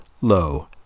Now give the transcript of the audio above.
low